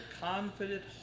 confident